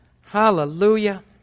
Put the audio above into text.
Hallelujah